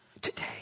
Today